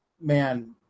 man